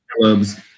clubs